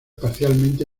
parcialmente